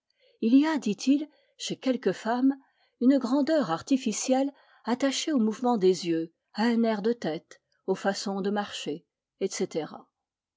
il y a dit-il chez quelques femmes une grandeur artificielle attachée au mouvement des yeux à un air de tête aux façons de marcher etc